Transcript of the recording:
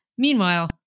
Meanwhile